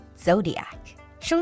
Zodiac